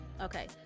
okay